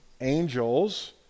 angels